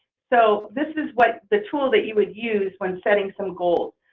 so this is what the tool that you would use when setting some goals.